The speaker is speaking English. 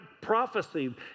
prophecy